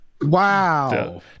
Wow